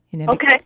okay